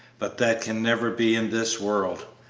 but that can never be in this world.